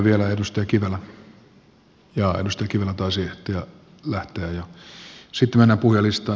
vielä edustaja kivelä jaa edustaja kivelä taisi ehtiä lähteä jo